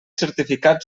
certificat